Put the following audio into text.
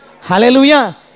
Hallelujah